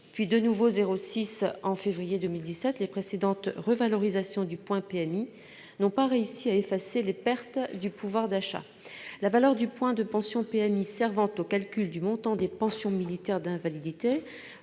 puis de nouveau de 0,6 % en février 2017 -, les précédentes revalorisations du point de PMI n'ont pas réussi à effacer les pertes de pouvoir d'achat. La valeur du point de PMI servant au calcul du montant des pensions militaires d'invalidité